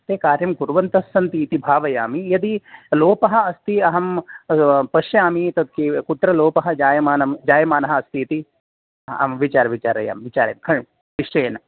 ते कार्यं कुर्वन्तः सन्ति इति भावयामि यदि लोपः अस्ति अहं पश्यामि तत् कि कुत्र लोपः जायमानं जायमानः अस्ति इति आं विचार् विचारयामि विचार् निश्चयेन